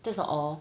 that's not all